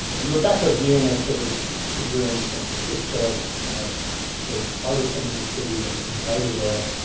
and rebecca being a sort of figure in san francisco's great partisan of the city and and writer there.